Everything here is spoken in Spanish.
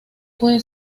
puede